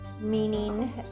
meaning